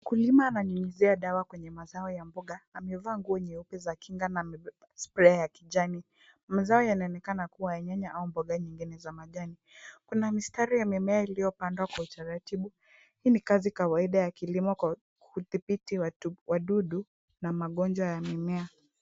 Mkulima ananyunyuzia dawa kwenye mazao ya mboga. Amevaa nguo nyeupe za kinga na amebeba spreya ya kijani. Mazao yanaonekana kuwa ya nyanya au mboga zingine za majani .Kuna mistari ya mimea iliyopandwa kwa utaratibu, hii ni kazi kawaida ya kilimo kwa kudhibiti wadudu na magonjwa ya mimea.